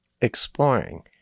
exploring